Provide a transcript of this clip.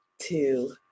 two